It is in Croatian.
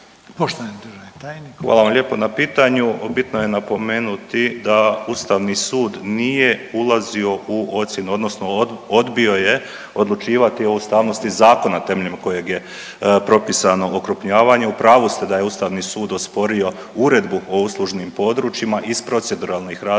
Hvala vam lijepo na pitanju. Bitno je napomenuti da Ustavni sud nije ulazio u ocjenu odnosno odbio je odlučivati o ustavnosti zakona temeljem kojeg je propisano okrupnjavanje. U pravu ste da je Ustavni sud osporio Uredbu o uslužnim područjima iz proceduralnih razloga